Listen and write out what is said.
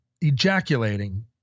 ejaculating